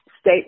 State